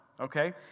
okay